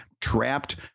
trapped